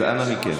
אז אנא מכם.